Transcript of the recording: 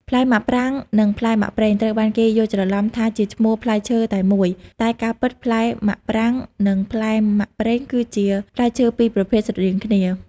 ផ្លែមាក់ប្រាង និងផ្លែមាក់ប្រេង ត្រូវបានគេយល់ច្រឡំថា ជាឈ្មោះផ្លែឈើតែមួយ តែការពិតផ្លែមាក់ប្រាង និងផ្លែមាក់ប្រេងគឺជា ផ្លែឈើ២ប្រភេទស្រដៀងគ្នា។